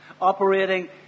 operating